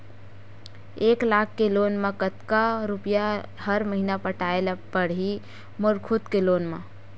एक लाख के लोन मा कतका रुपिया हर महीना पटाय ला पढ़ही मोर खुद ले लोन मा?